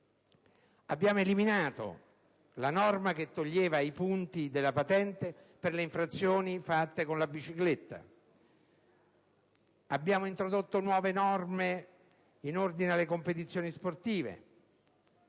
Abbiamo eliminato la norma che toglieva i punti dalla patente per le infrazioni compiute in bicicletta e abbiamo introdotto nuove norme in ordine alle competizioni sportive,